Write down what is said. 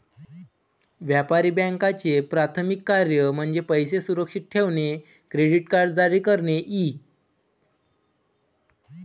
व्यापारी बँकांचे प्राथमिक कार्य म्हणजे पैसे सुरक्षित ठेवणे, क्रेडिट कार्ड जारी करणे इ